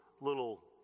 little